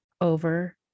over